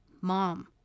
Mom